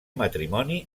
matrimoni